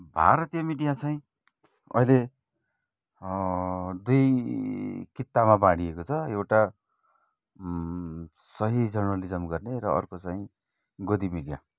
भारतीय मिडिया चाहिँ अहिले दुई कित्तामा बाँडिएको छ एउटा सही जर्नलिज्म गर्ने र अर्को चाहिँ गोदी मिडिया